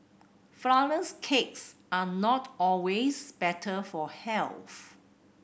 flourless cakes are not always better for health